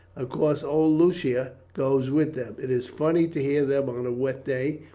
of course old lucia goes with them. it is funny to hear them on a wet day,